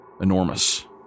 enormous